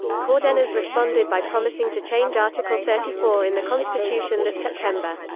cardenas responded by promising to change article thirty four in the constitution that september.